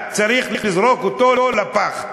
צריך לזרוק אותו לפח.